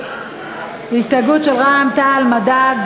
הסתייגויות של רע"ם-תע"ל-מד"ע,